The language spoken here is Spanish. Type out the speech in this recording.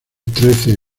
trece